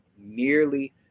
nearly